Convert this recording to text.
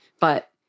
But-